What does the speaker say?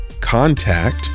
contact